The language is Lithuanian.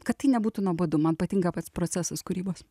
kad tai nebūtų nuobodu man patinka pats procesas kūrybos